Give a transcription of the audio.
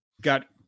got